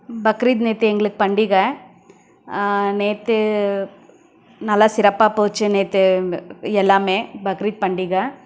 பக்ரீத் நேற்று எங்களுக்கு பண்டிகை நேற்று நல்லா சிறப்பாக போச்சு நேற்று எல்லாமே பக்ரீத் பண்டிகை